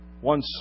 One